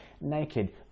naked